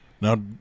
Now